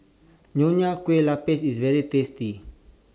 Nonya Kueh Lapis IS very tasty